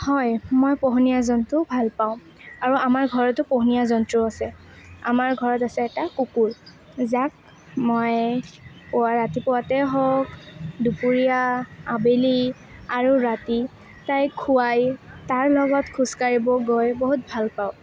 হয় মই পোহনীয়া জন্তু ভাল পাওঁ আৰু আমাৰ ঘৰতো পোহনীয়া জন্তু আছে আমাৰ ঘৰত আছে এটা কুকুৰ যাক মই পুৱা ৰাতিপুৱাতেই হওক দুপৰীয়া আবেলি আৰু ৰাতি তাইক খোৱাই তাৰ লগত খোজকাঢ়িব গৈ বহুত ভাল পাওঁ